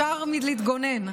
ישר להתגונן.